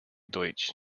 deutsch